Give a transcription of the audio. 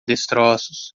destroços